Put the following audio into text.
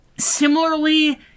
Similarly